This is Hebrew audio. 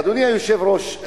אדוני היושב-ראש,